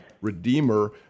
Redeemer